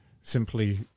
simply